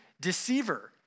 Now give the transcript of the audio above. deceiver